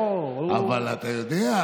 אבל אתה יודע,